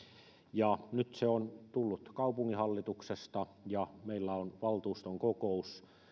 ja nyt se on tullut kaupunginhallituksesta ja meillä on valtuuston kokous